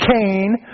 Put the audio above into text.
Cain